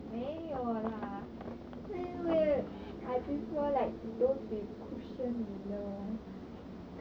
没有 lah 是因为 I prefer like those with cushion below